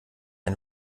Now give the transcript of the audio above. ein